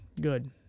good